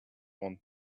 one